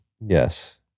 yes